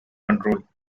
control